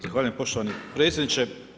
Zahvaljujem poštovani potpredsjedniče.